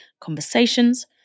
conversations